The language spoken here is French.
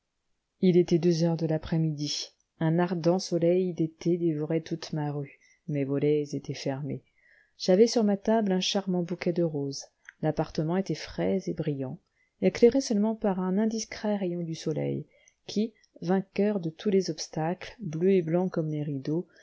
il était deux heures de l'après-midi un ardent soleil d'été dévorait toute ma rue mes volets étaient fermés j'avais sur ma table un charmant bouquet de roses l'appartement était frais et brillant éclairé seulement par un indiscret rayon du soleil qui vainqueur de tous les obstacles bleu et blanc comme les rideaux